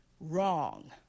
wrong